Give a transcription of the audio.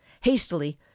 Hastily